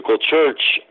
church